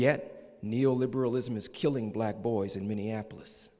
yet neo liberalism is killing black boys in minneapolis